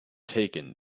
taken